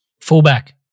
fullback